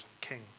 king